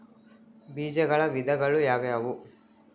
ಬೇಜಗಳ ವಿಧಗಳು ಯಾವುವು?